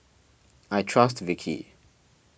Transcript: I trust Vichy